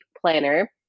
planner